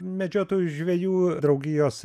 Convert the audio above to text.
medžiotojų žvejų draugijos